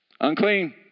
Unclean